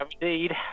indeed